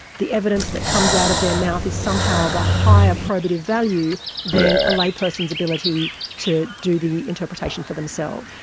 the evidence that comes out of their mouth is somehow of a higher probative value than a layperson's ability to do the interpretation for themselves.